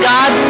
God